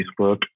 Facebook